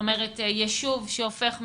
ישוב שהופך מירוק,